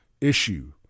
issue